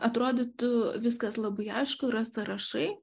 atrodytų viskas labai aišku yra sąrašai